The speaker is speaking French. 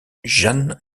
jeanne